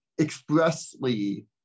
expressly